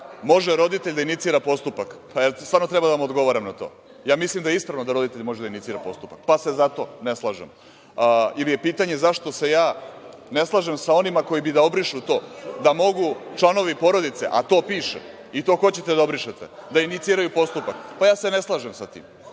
može roditelj da inicira postupak, pa jel stvarno treba da vam odgovaram na to, mislim da je ispravno da roditelj može da inicira postupak, pa se zato ne slažem, ili je pitanje zašto se ja ne slažem sa onima koji bi da obrišu to da mogu članovi porodice, a to piše, i to hoćete da obrišete, da iniciraju postupak, pa ja se ne slažem sa